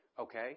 Okay